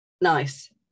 Nice